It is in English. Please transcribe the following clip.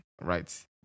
right